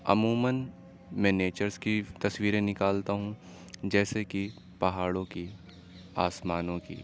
عموماً میں نیچرس کی تصویریں نکالتا ہوں جیسے کہ پہاڑوں کی آسمانوں کی